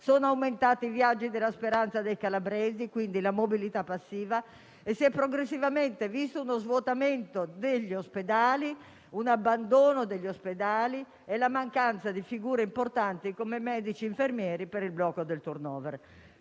sono aumentati i viaggi della speranza dei calabresi (ossia la mobilità passiva) e si sono progressivamente visti uno svuotamento e un abbandono degli ospedali e la mancanza di figure importanti come medici e infermieri a causa del blocco del *turn over*.